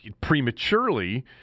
prematurely